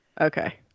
okay